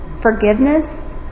forgiveness